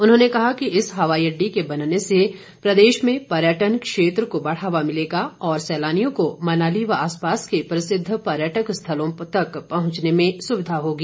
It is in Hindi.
उन्होंने कहा कि इस हवाई अड्डे के बनने से प्रदेश में पर्यटन क्षेत्र को बढ़ावा मिलेगा और सैलानियों को मनाली व आसपास के प्रसिद्ध पर्यटन स्थलों तक पहचने में सुविधा होगी